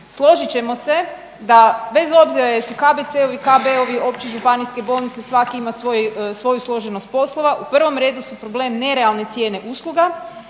složit ćemo se da bez obzira jesu KBC-ovi, KBO-vi, opći, županijske bolnice svaki ima svoju složenost poslova. U prvom redu su problem nerealne cijene usluga,